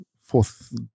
fourth